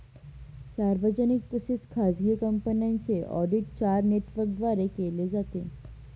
सार्वजनिक तसेच खाजगी कंपन्यांचे ऑडिट चार नेटवर्कद्वारे केले जाते